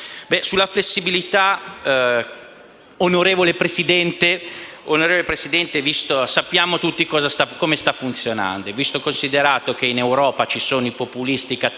la flessibilità, onorevole Presidente, sappiamo tutti come sta funzionando. Visto e considerato in Europa ci sono i populisti brutti